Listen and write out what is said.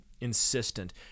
insistent